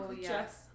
yes